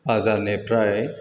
बाजारनिफ्राइ